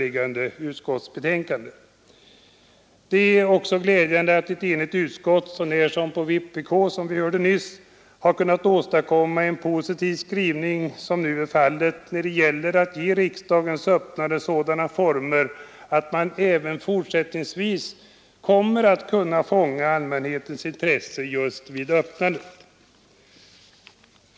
Glädjande är att ett enigt utskott så när som på vpk — som vi hörde nyss — har kunnat åstadkomma en så positiv skrivning som nu är fallet när det gäller ge riksdagens öppnande sådana former att man även fortsättningsvis kommer att kunna fånga allmänhetens intresse just vid öppnandet.